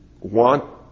want